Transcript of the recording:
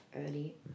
early